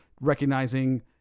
recognizing